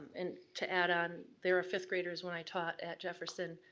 and to add on, there are fifth-graders, when i taught at jefferson,